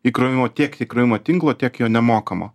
įkrovimo tiek įkrovimo tinklo tiek jo nemokamo